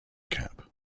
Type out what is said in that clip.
cap